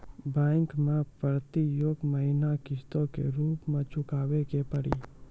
Bank मैं प्रेतियेक महीना किस्तो के रूप मे चुकाबै के पड़ी?